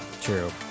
true